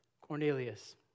Cornelius